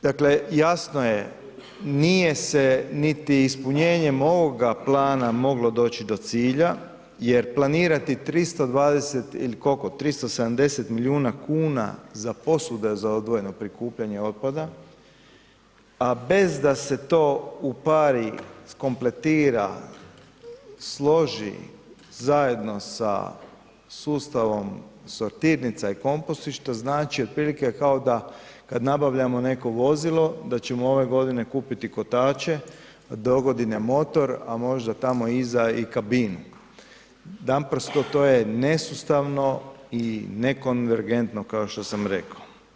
Dakle, jasno je, niti se niti ispunjenjem ovoga plana moglo doći do cilja jer planirati 320 ili koliko, 370 milijuna kuna za posude za odvojeno prikupljanje otpada a bez da se to upari, skompletira, složi zajedno sa sustavom sortirnica i kompostišta, znači otprilike kao da kad nabavljamo neko vozilo, da ćemo ove godine kupiti kotače, dogodine motor, a možda tamo iza i kabinu, naprosto to je nesustavno i ne konvergentno kao što sam rekao.